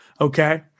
Okay